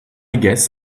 guess